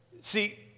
See